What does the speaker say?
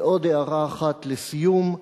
ועוד הערה אחת לסיום: